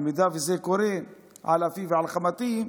במידה שזה קורה על אפי ועל חמתי,